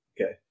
okay